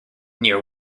near